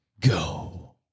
go